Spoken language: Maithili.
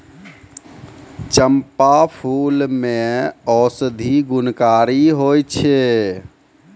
चंपा फूल मे औषधि गुणकारी होय छै